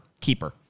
keeper